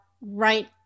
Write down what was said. right